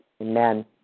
Amen